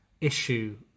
issue